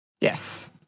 Yes